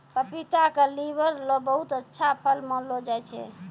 पपीता क लीवर ल बहुत अच्छा फल मानलो जाय छै